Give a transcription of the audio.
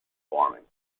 farming